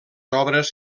obres